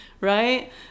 Right